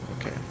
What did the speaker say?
Okay